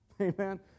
Amen